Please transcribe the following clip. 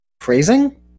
Phrasing